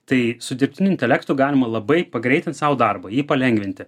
tai su dirbtiniu intelektu galima labai pagreitint sau darbą jį palengvinti